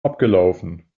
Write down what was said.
abgelaufen